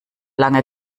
lange